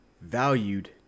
valued